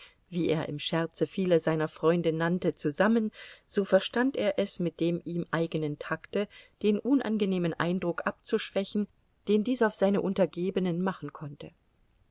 wie er im scherze viele seiner freunde nannte zusammen so verstand er es mit dem ihm eigenen takte den unangenehmen eindruck abzuschwächen den dies auf seine untergebenen machen konnte